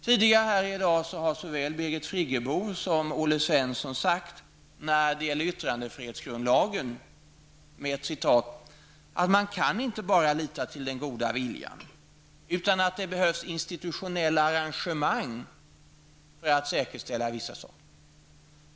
Tidigare här i dag har såväl Birgit Friggebo som Olle Svensson sagt, när det gäller yttrandefrihetsgrundlagen, att man inte bara kan lita till den goda viljan utan att det behövs ''institutionella arrangemang'' för att säkerställa vissa saker.